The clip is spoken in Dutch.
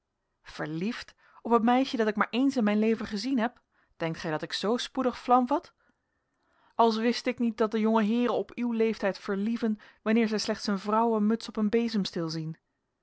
verliefd op een meisje dat ik maar eens in mijn leven gezien heb denkt gij dat ik zoo spoedig vlam vat als wist ik niet dat de jonge heeren op uw leeftijd verlieven wanneer zij slechts een vrouwenmuts op een bezemsteel zien